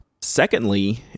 Secondly